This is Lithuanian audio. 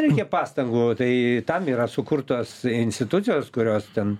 reikia pastangų tai tam yra sukurtos institucijos kurios ten